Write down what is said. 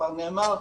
כבר נאמר,